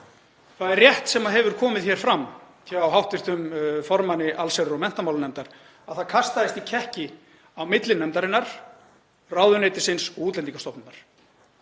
Það er rétt, sem hefur komið fram hjá hv. formanni allsherjar- og menntamálanefndar, að það kastaðist í kekki á milli nefndarinnar, ráðuneytisins og Útlendingastofnunar.